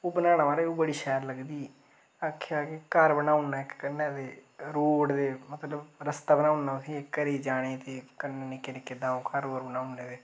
ओह् बनाना महाराज ओह् बड़ी शैल लगदी ही आक्खेआ के घर बनाई ओड़ना कन्नै गै रोड़ ते मतलब रस्ता बनाई ओड़ना तुसेंगी घरै गी जाने गी ते कन्नै निक्के निक्के दाऊं घर होर बनाई ओड़ने ते